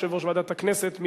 יושב-ראש ועדת הכנסת.